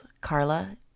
Carla